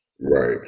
Right